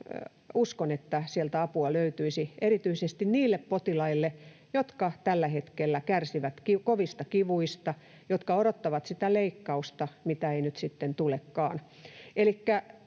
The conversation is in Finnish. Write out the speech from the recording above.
uskon, että sieltä apua löytyisi erityisesti niille potilaille, jotka tällä hetkellä kärsivät kovista kivuista ja jotka odottavat sitä leikkausta, mitä ei nyt sitten tulekaan.